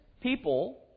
people